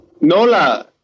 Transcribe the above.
Nola